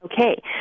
Okay